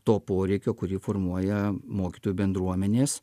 to poreikio kurį formuoja mokytojų bendruomenės